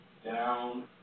Down